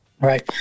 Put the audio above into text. Right